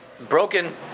broken